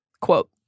Quote